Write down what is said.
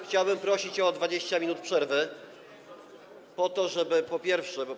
Chciałbym prosić o 20 minut przerwy, po to żeby, po pierwsze.